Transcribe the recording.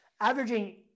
Averaging